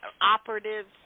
operatives